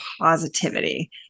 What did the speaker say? positivity